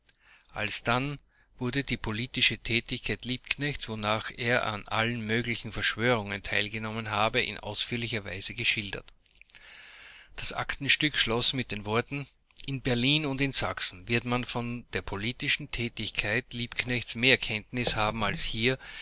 alsdann wurde die politische tätigkeit liebknechts wonach er an allen möglichen verschwörungen teilgenommen habe in ausführlicher weise geschildert das aktenstück schloß mit den worten in berlin und in sachsen wird man von der politischen tätigkeit liebknechts mehr kenntnis haben als hier